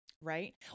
Right